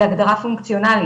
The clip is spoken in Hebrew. זה הגדרה פונקציונלית,